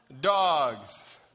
dogs